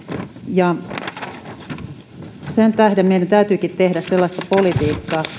sen tähden meidän täytyykin tehdä sellaista politiikkaa